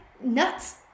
nuts